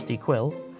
Quill